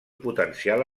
potencial